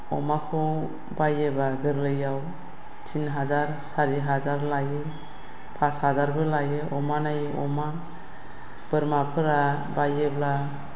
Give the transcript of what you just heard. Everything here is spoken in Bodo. अमाखौ बायोब्ला गोरलैयाव तिन हाजार सारि हाजार लायो पास हाजारबो लायो अमा नायै अमा बोरमाफोरा बायोब्ला